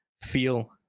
feel